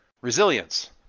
resilience